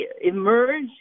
emerge